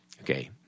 Okay